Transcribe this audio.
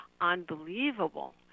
unbelievable